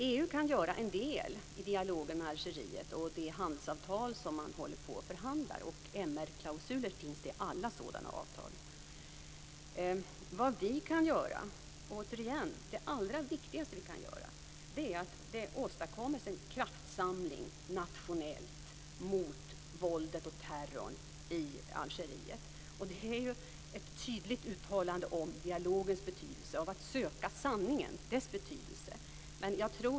EU kan göra en del i dialogen med Algeriet och genom det handelsavtal som man håller på att förhandla fram, och MR-klausuler finns i alla sådana avtal. Det allra viktigaste vi kan göra, återigen, är att åstadkomma en kraftsamling nationellt mot våldet och terrorn i Algeriet - ett tydligt uttalande om dialogens betydelse när det gäller att söka sanningen.